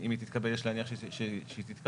אם היא תתקבל ויש להניח שהיא תתקבל,